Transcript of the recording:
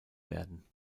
werden